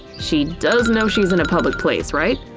she does know she's in a public place, right?